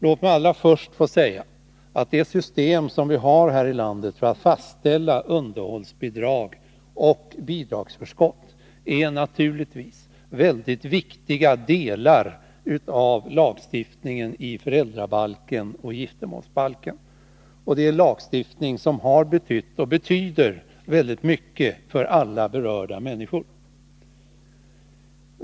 Låt mig allra först få säga att de system som vi har i detta land för att fastställa underhållsbidrag och bidragsförskott naturligtvis är mycket viktiga delar av lagstiftningen i föräldrabalken och giftermålsbalken, och det är lagstiftning som har betytt och betyder väldigt mycket för alla berörda människor.